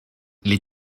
les